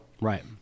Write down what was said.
right